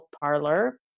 parlor